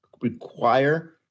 require